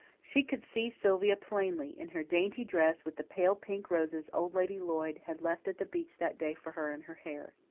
she could see sylvia plainly, in her dainty dress, with the pale pink roses old lady lloyd had left at the beech that day for her in her hair.